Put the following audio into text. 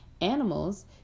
animals